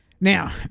Now